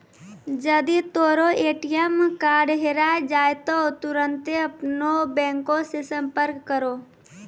जदि तोरो ATM card हेराय जाय त तुरन्ते अपनो बैंको से संपर्क करो